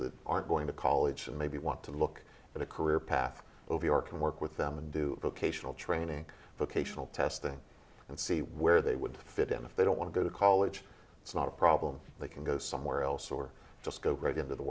that aren't going to college and maybe want to look at a career path over your can work with them and do occasional training vocational testing and see where they would fit in if they don't want to go to college it's not a problem they can go somewhere else or just go right into the